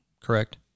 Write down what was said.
correct